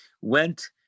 Went